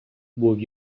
був